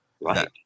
Right